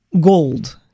gold